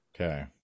okay